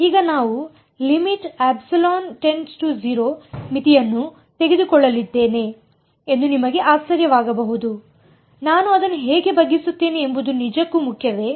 ಈಗ ನಾನು ಮಿತಿಯನ್ನು ತೆಗೆದುಕೊಳ್ಳಲಿದ್ದೇನೆ ಎಂದು ನಿಮಗೆ ಆಶ್ಚರ್ಯವಾಗಬಹುದು ನಾನು ಅದನ್ನು ಹೇಗೆ ಬಗ್ಗಿಸುತ್ತೇನೆ ಎಂಬುದು ನಿಜಕ್ಕೂ ಮುಖ್ಯವೇ